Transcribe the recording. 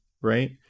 right